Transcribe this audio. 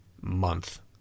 month